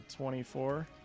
24